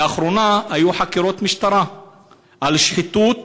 לאחרונה היו חקירות משטרה על שחיתות